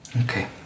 Okay